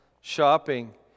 shopping